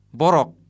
borok